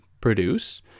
produce